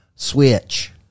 Switch